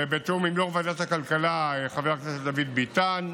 ובתיאום עם יו"ר ועדת הכלכלה חבר הכנסת דוד ביטן,